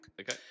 Okay